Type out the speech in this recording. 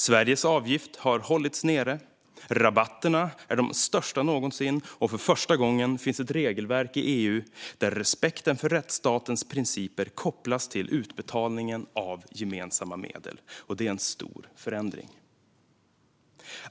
Sveriges avgift har hållits nere, rabatterna är de största någonsin och för första gången någonsin finns ett regelverk i EU där respekten för rättsstatens principer kopplas till utbetalning av gemensamma medel. Det är en stor förändring."